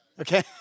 Okay